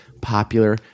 popular